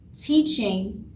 teaching